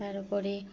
তাৰোপৰি